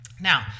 Now